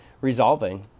resolving